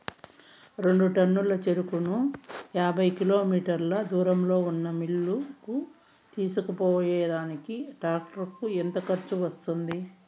రెండు టన్నుల చెరుకును యాభై కిలోమీటర్ల దూరంలో ఉన్న మిల్లు కు తీసుకొనిపోయేకి టాక్టర్ కు ఎంత ఖర్చు వస్తుంది?